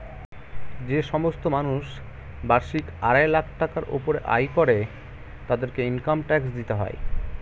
যে সমস্ত মানুষ বার্ষিক আড়াই লাখ টাকার উপরে আয় করে তাদেরকে ইনকাম ট্যাক্স দিতে হয়